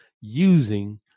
using